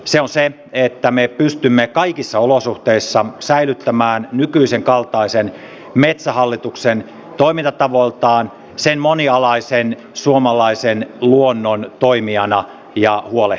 se on se että me pystymme kaikissa olosuhteissa säilyttämään nykyisen kaltaisen metsähallituksen toimintatavoiltaan monialaisen suomalaisen luonnon toimijana ja huolehtijana